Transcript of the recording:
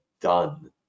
done